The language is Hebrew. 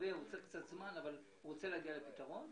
צריך קצת זמן אבל הוא רוצה להגיע לפתרון.